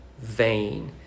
vain